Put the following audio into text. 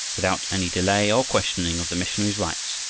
without any delay or questioning of the missionaries' rights,